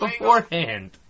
beforehand